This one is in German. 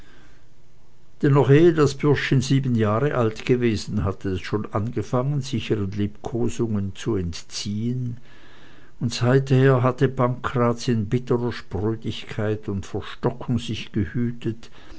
noch ehe das bürschchen sieben jahre alt gewesen hatte es schon angefangen sich ihren liebkosungen zu entziehen und seither hatte pankraz in bitterer sprödigkeit und verstockung sich gehütet